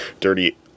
dirty